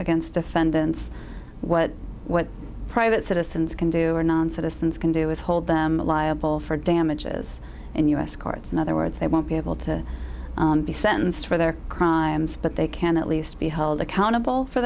against defendants what private citizens can do or non citizens can do is hold them liable for damages in u s courts in other words they won't be able to be sentenced for their crimes but they can at least be held accountable for